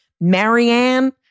Marianne